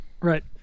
Right